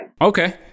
Okay